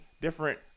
different